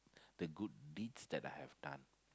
the good deeds that I have done